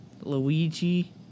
Luigi